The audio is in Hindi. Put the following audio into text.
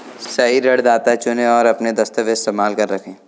सही ऋणदाता चुनें, और अपने दस्तावेज़ संभाल कर रखें